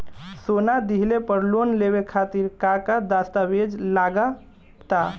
सोना दिहले पर लोन लेवे खातिर का का दस्तावेज लागा ता?